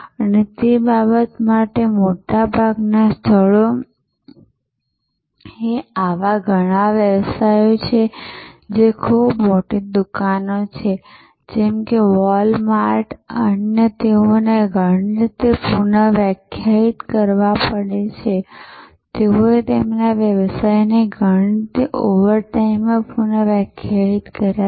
અને તે બાબત માટે મોટા ભાગના સ્થળોએ આવા ઘણા વ્યવસાયો કે જે ખૂબ મોટી દુકાનો છે જેમ કે વોલ માર્ટ અને અન્ય તેઓને ઘણી રીતે પુનઃવ્યાખ્યાયિત કરવા પડે છે તેઓએ તેમના વ્યવસાયને ઘણી રીતે ઓવરટાઇમમાં પુનઃવ્યાખ્યાયિત કર્યા છે